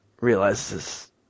realizes